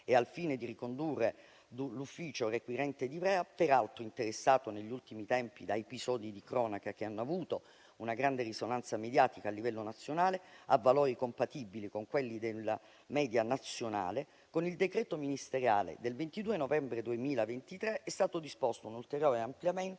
e, al fine di ricondurre l'ufficio requirente di Ivrea - peraltro interessato negli ultimi tempi da episodi di cronaca che hanno avuto una grande risonanza mediatica a livello nazionale - a valori compatibili con quelli della media nazionale, con il decreto ministeriale del 22 novembre 2023 è stato disposto un ulteriore ampliamento